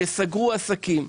שסגרו עסקים,